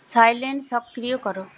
silent সক্রিয় কর